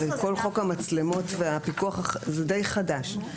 הרי כל חוק המצלמות והפיקוח זה די חדש,